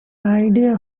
idea